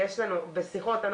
בשיחות,